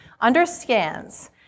understands